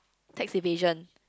tax evasion